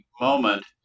moment